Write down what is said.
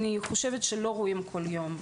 אני חושבת שלא רואים כל יום.